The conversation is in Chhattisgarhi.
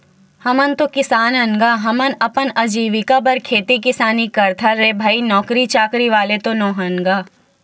हमन तो किसान अन गा, हमन अपन अजीविका बर खेती किसानी करथन रे भई नौकरी चाकरी वाले तो नोहन गा